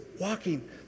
walking